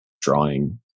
drawing